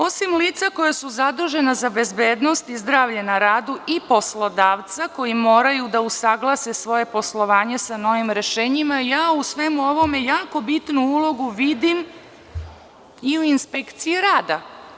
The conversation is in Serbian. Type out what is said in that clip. Osim lica koja su zadužena za bezbednost i zdravlje na radu i poslodavca koji moraju da usaglase svoje poslovanje sa novim rešenjima, ja u svemu ovome jako bitnu ulogu vidim i u inspekciji rada.